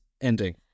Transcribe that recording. ending